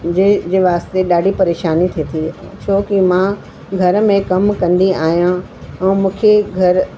जे जे वास्ते ॾाढी परेशानी थिए थी छो की मां घर में कमु कंदी आहियां ऐं मूंखे घरु